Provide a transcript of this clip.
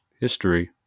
history